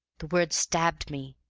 the word stabbed me.